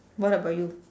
what about you